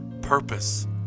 purpose